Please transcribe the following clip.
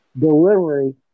delivery